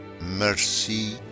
mercy